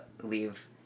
leave